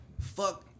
fuck